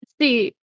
See